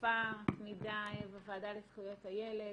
שותפה מתמידה בוועדה לזכויות הילד.